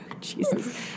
Jesus